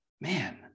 man